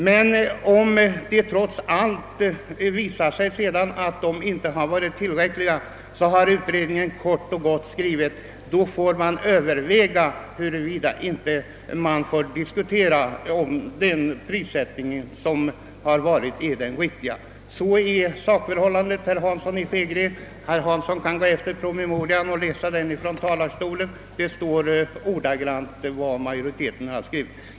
Men om resultaten trots allt inte blir tillräckliga, har utredningen kort och gott skrivit att man får överväga huruvida den prissättning som förekommit varit den riktiga. Så är sakförhållandet, herr Hansson i Skegrie. Om herr Hansson läser promemorian, skall han finna att detta ordagrant är majoritetens skrivning.